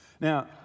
Now